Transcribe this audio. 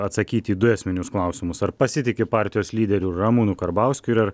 atsakyti į du esminius klausimus ar pasitiki partijos lyderiu ramūnu karbauskiu ir ar